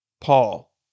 Paul